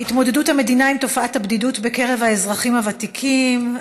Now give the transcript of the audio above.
התמודדות המדינה עם תופעת הבדידות בקרב האזרחים הוותיקים.